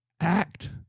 act